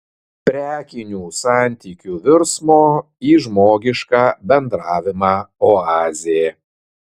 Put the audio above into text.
prekinių santykių virsmo į žmogišką bendravimą oazė